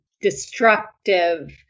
destructive